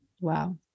Wow